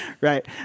Right